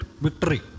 victory